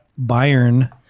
Bayern